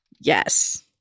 Yes